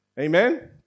Amen